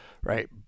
right